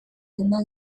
denda